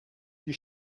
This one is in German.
die